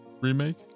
remake